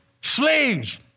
slaves